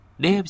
de